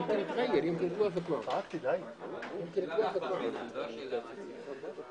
אני מודיעה שההצבעה על הרוויזיה תיערך במועד אחר.